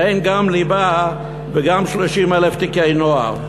ואין גם ליבה וגם 30,000 תיקי נוער.